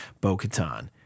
Bo-Katan